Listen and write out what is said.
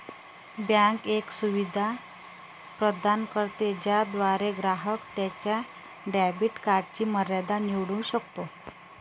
bank एक सुविधा प्रदान करते ज्याद्वारे ग्राहक त्याच्या डेबिट कार्डची मर्यादा निवडू शकतो